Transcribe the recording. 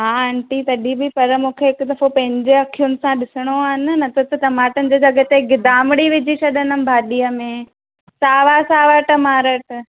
हा आंटी तॾहिं बि पर मूंखे हिकु दफ़ो पंहिंजे अखियुनि सां ॾिसणो आहे न न त त टमाटनि जी जॻहि ते ॻिदामड़ी विझी छॾंदमि भाॼीअ में सावा सावा टमाटर